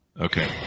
okay